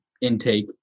intake